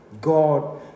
God